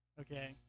okay